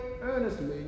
earnestly